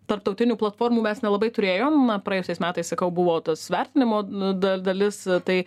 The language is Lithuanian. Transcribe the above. tarptautinių platformų mes nelabai turėjom praėjusiais metais sakau buvo tas vertinimo d da dalis tai